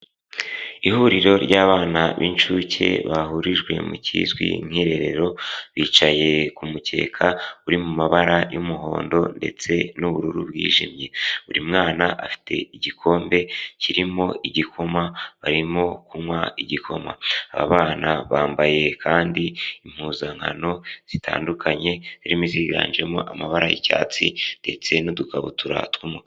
Ihuriro ry'abana b'inshuke bahurijwe mu kizwi nk'irerero, bicaye ku mukeka uri mu mabara y'umuhondo, ndetse n'ubururu bwijimye, buri mwana afite igikombe kirimo igikoma, barimo kunywa igikoma. Abana bambaye kandi impuzankano zitandukanye, zirimo ziganjemo amabara y'icyatsi, ndetse n'udukabutura tw'umukara.